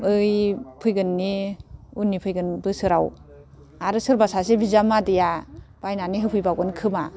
ओइ फैगोननि उननि फैगोन बोसोराव आरो सोरबा सासे बिजामादैया बायनानै होफैबावगोनखोमा